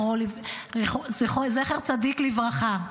זכר צדיק לברכה,